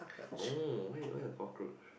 no why why got cockroach